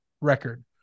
record